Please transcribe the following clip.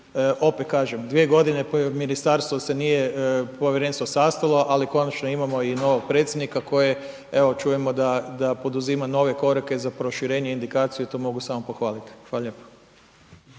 opet kažem 2 godine ministarstvo se nije povjerenstvo sastalo, ali konačno imamo i novog predsjednika koji evo čujemo da, da poduzima nove korake za proširenje indikaciju, to mogu samo pohvalit. Hvala lijepo.